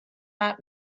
out